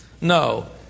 No